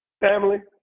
Family